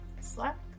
slap